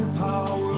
power